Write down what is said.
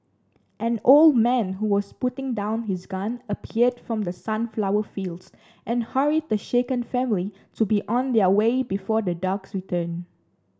an old man who was putting down his gun appeared from the sunflower fields and hurried the shaken family to be on their way before the dogs return